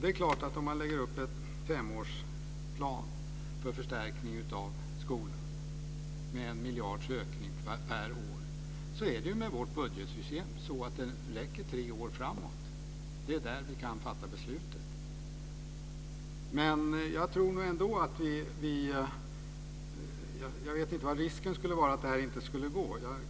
Det är klart att om man lägger upp en femårsplan för förstärkning av skolan med 1 miljards ökning per år är det med vårt budgetsystem så att det räcker tre år framåt. Det är där vi kan fatta beslutet. Jag vet inte vad risken skulle vara att det inte skulle gå att genomföra.